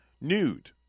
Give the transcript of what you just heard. nude